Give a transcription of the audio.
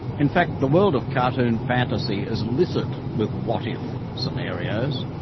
in fact, the world of cartoon fantasy is littered with what if scenarios.